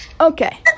Okay